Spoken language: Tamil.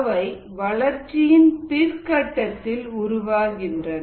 அவை வளர்ச்சியின் பிற்கட்டத்தில் உருவாகின்றன